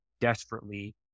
desperately